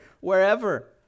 wherever